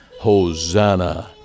Hosanna